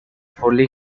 fully